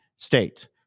State